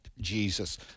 Jesus